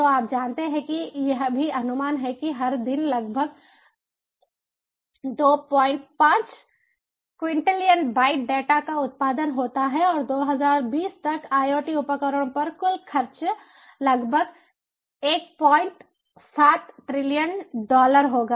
तो आप जानते हैं कि यह भी अनुमान है कि हर दिन लगभग 25 क्विंटीलियन बाइट डेटा का उत्पादन होता है और 2020 तक IoT उपकरणों पर कुल खर्च लगभग 17 ट्रिलियन डॉलर होगा